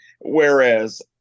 whereas